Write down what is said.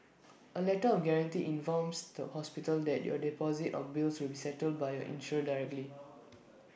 A letter of guarantee informs the hospital that your deposit or bills will be settled by your insurer directly